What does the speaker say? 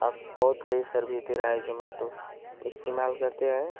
अब बहुत सही सर्विस दे रहा हे जोमेटो इस्तेमाल करते हैं